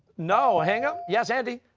no, hingham? yes, andy?